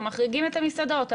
אנחנו מחריגים את המסעדות.